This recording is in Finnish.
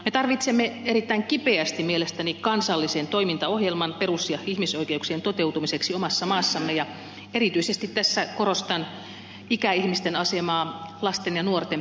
me tarvitsemme erittäin kipeästi mielestäni kansallisen toimintaohjelman perus ja ihmisoikeuksien toteutumiseksi omassa maassamme ja erityisesti tässä korostan ikäihmisten asemaa lasten ja nuorten pääsyä esimerkiksi mielenterveyspalveluihin